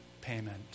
payment